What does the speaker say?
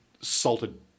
salted